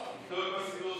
אפילו את זה,